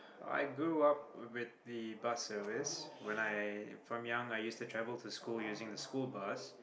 I grew up with the bus service when I from young I used to travel to school using the school bus